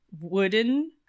Wooden